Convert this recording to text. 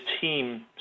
team